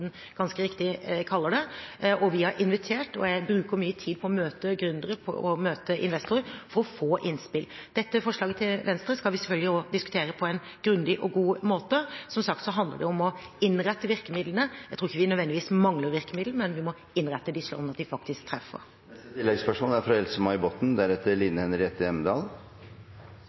ganske riktig kaller det, og vi har invitert – og jeg bruker mye tid på å møte – gründere og investorer for å få innspill. Dette forslaget til Venstre skal vi selvfølgelig også diskutere på en grundig og god måte. Som sagt handler det om å innrette virkemidlene. Jeg tror ikke vi nødvendigvis mangler virkemidler, men vi må innrette disse slik at de faktisk treffer.